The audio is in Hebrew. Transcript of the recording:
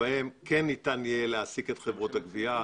שבהן ניתן יהיה להעסיק את חברות הגבייה,